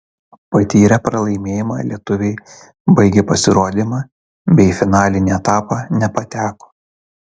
patyrę pralaimėjimą lietuviai baigė pasirodymą bei į finalinį etapą nepateko